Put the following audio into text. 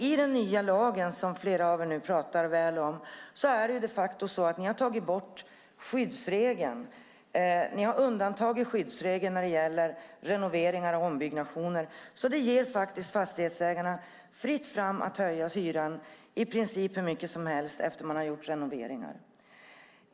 I nya lagen, som flera av er pratar väl om, har ni de facto tagit bort skyddsregeln när det gäller renoveringar och ombyggnationer, så att det faktiskt är fritt fram för fastighetsägarna att höja hyran i princip hur mycket som helst efter en renovering.